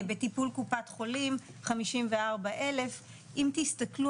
בטיפול קופת חולים 54,000 אם תסתכלו